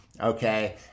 okay